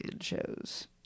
shows